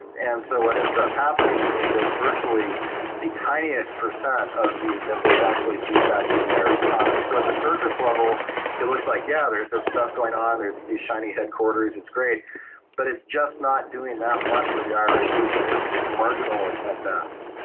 and so what ends up happening is that virtually the tiniest per cent of this actually feeds back into the irish economy. so at the surface level it looks like, yeah, there's this stuff going on, there's these shiny headquarters, it's great but it's just not doing that much for the irish people. it's it's marginal at at best.